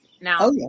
now